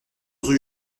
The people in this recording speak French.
rue